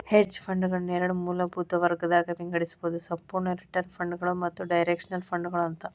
hedge ಫಂಡ್ಗಳನ್ನ ಎರಡ್ ಮೂಲಭೂತ ವರ್ಗಗದಾಗ್ ವಿಂಗಡಿಸ್ಬೊದು ಸಂಪೂರ್ಣ ರಿಟರ್ನ್ ಫಂಡ್ಗಳು ಮತ್ತ ಡೈರೆಕ್ಷನಲ್ ಫಂಡ್ಗಳು ಅಂತ